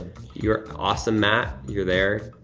you're awesome matt. you're there,